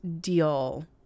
deal